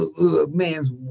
man's